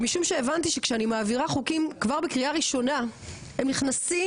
ומשום שהבנתי שאני מעבירה חוקים כבר בקריאה ראשונה הם נכנסים,